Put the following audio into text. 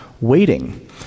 waiting